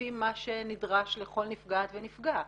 לפי מה שנדרש לכל נפגעת ונפגעת,